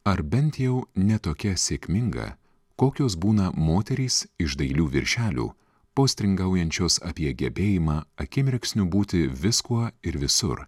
ar bent jau ne tokia sėkminga kokios būna moterys iš dailių viršelių postringaujančios apie gebėjimą akimirksniu būti viskuo ir visur